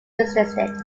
resisted